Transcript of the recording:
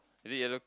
is it yellow